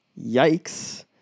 Yikes